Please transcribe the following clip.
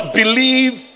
believe